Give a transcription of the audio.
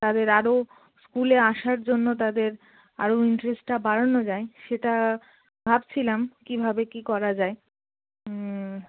তাদের আরও স্কুলে আসার জন্য তাদের আরও ইন্টারেস্টটা বাড়ানো যায় সেটা ভাবছিলাম কীভাবে কী করা যায়